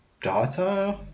data